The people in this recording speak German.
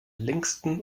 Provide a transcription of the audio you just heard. längsten